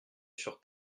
sur